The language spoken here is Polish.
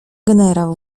generał